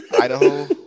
Idaho